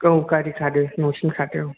औ गारि खारो न'सिम खारो औ